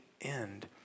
end